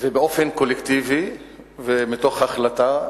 ובאופן קולקטיבי ומתוך החלטה,